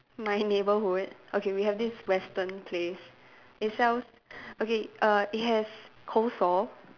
my neighbourhood okay we have this Western place it sells okay err it has coleslaw